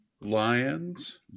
Lions